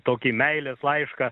tokį meilės laišką